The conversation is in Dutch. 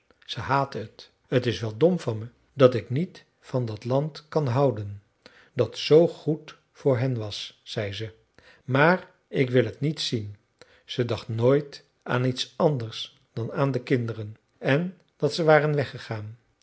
ze haatte het t is wel dom van me dat ik niet van dat land kan houden dat zoo goed voor hen was zei ze maar ik wil het niet zien ze dacht nooit aan iets anders dan aan de kinderen en dat ze waren weggegaan